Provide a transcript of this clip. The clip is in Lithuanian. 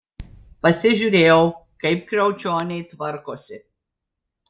pasižiūrėjau kaip kriaučioniai tvarkosi